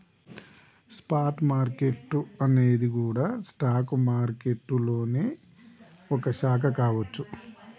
spot market అనేది గూడా stock మారికెట్టులోనే ఒక శాఖ కావచ్చు